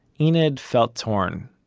enid felt torn,